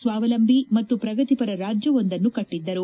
ಸ್ವಾವಲಂಬಿ ಮತ್ತು ಪ್ರಗತಿಪರ ರಾಜ್ಯವೊಂದನ್ನು ಕಟ್ಟದ್ದರು